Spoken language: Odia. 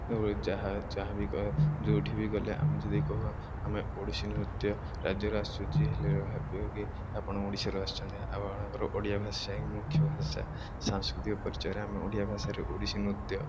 ଯାହା ଯାହା ବି ଯୋଉଠି ବି ଗଲେ ଆମେ ଯଦି କହୁ ଆମେ ଓଡ଼ିଶୀ ନୃତ୍ୟ ରାଜ୍ୟରୁ ଆସୁ ଯେ ହେଲେ କି ଆପଣ ଓଡ଼ିଶାରୁ ଆସୁଛନ୍ତି ଆଉ ଆପଣଙ୍କର ଓଡ଼ିଆ ଭାଷା ହିଁ ମୁଖ୍ୟ ଭାଷା ସାଂସ୍କୃତିକ ପରିଚୟରେ ଆମେ ଓଡ଼ିଆ ଭାଷାରେ ଓଡ଼ିଶୀ ନୃତ୍ୟ